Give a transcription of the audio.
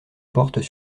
portent